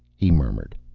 he murmured.